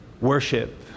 worship